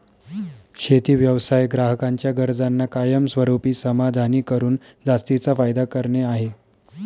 शेती व्यवसाय ग्राहकांच्या गरजांना कायमस्वरूपी समाधानी करून जास्तीचा फायदा करणे आहे